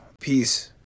Peace